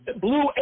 Blue